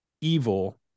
evil